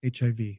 HIV